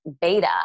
beta